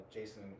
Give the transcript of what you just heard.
Jason